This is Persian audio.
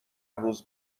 روز